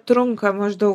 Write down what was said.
trunka maždaug